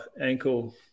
ankle